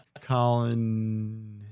Colin